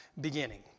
beginning